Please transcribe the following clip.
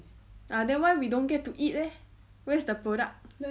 ah then why we don't get to eat leh where's the product